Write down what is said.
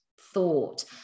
thought